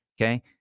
Okay